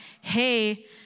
hey